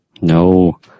No